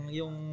yung